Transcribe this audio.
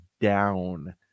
down